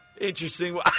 Interesting